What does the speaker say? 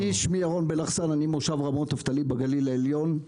אני ממושב רמות נפתלי בגליל העליון,